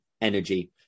energy